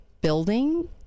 building